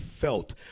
felt